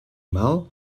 mal